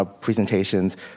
presentations